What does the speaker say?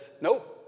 nope